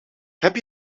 heb